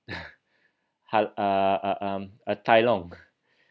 hal~ uh uh um a tai~